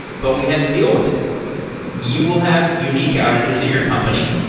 but we had to deal with it you will have unique outages at your company.